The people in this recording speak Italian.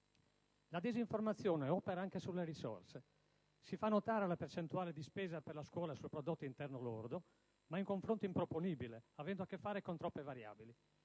La disinformazione opera anche sulle risorse. Si fa notare l'incidenza della percentuale di spesa per la scuola sul prodotto interno lordo, ma è un confronto improponibile, avendo a che fare con troppe variabili.